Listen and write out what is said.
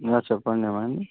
yeah చెప్పండి ఏమైంది